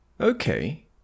Okay